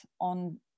on